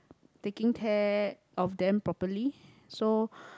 taking care of them properly so